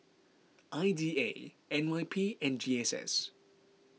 I D A N Y P and G S S